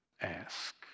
ask